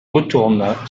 retourna